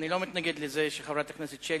אני לא מתנגד לזה שחברת הכנסת שלי